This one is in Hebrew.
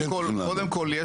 קודם כל,